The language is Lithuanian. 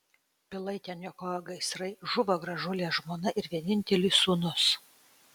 pilaitę niokojo gaisrai žuvo gražuolė žmona ir vienintelis sūnus